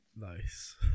Nice